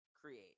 create